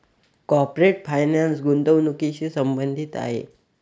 corporate finance गुंतवणुकीशी संबंधित आहे